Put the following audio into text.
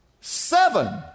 seven